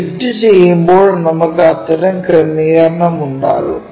project ചെയ്യുമ്പോൾ നമുക്ക് അത്തരം ക്രമീകരണം ഉണ്ടാകും